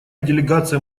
делегация